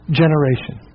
generation